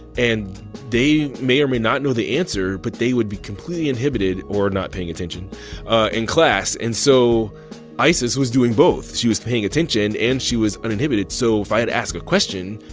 and they may or may not know the answer, but they would be completely inhibited or not paying attention in class. and so isis was doing both. she was paying attention, and she was uninhibited. so if i had asked a question,